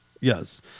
Yes